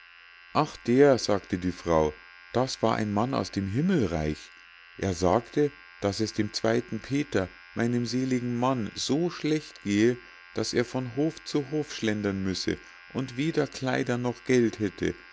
ach der sagte die frau das war ein mann aus dem himmelreich er sagte daß es dem zweiten peter meinem seligen mann so schlecht gehe daß er von hof zu hof schlendern müsse und weder kleider noch geld hätte